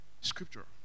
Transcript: Scripture